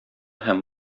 һәм